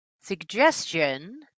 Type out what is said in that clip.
suggestion